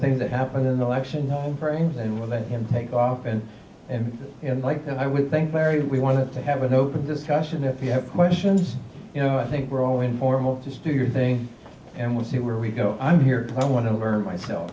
things that happened in the election on brains and we'll let him take off and and like that i would think larry we want to have an open discussion if you have questions you know i think we're all informal to do your thing and we'll see where we go i'm here to i want to learn myself